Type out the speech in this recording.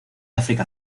áfrica